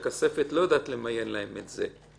לא יודעת למיין להם את העבירות האלו,